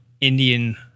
Indian